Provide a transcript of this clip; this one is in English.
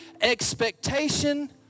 expectation